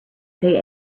they